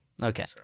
Okay